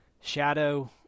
Shadow